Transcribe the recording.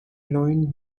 heroine